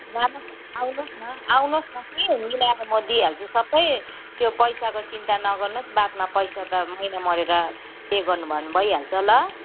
लानुहोस् आउनुहोस् न आउनुहोस् न कि मिलाएर म दिइहाल्छु सबै त्यो पैसाको चिन्ता नगर्नुहोस् बादमा पैसा त महिना मरेर पे गर्नुभयो भने भइहाल्छ ल